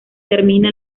termina